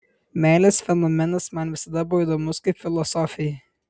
meilės fenomenas man visada buvo įdomus kaip filosofei